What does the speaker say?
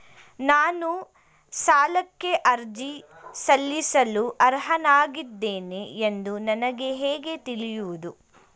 ನಾನು ಸಾಲಕ್ಕೆ ಅರ್ಜಿ ಸಲ್ಲಿಸಲು ಅರ್ಹನಾಗಿದ್ದೇನೆ ಎಂದು ನನಗೆ ಹೇಗೆ ತಿಳಿಯುವುದು?